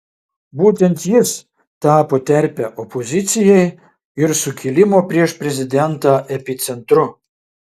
būtent jis tapo terpe opozicijai ir sukilimo prieš prezidentą epicentru